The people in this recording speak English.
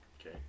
Okay